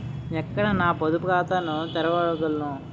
ఎక్కడ నా పొదుపు ఖాతాను తెరవగలను?